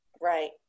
Right